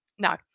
No